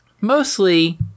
mostly